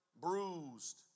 bruised